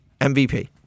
MVP